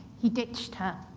he ditched her.